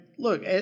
Look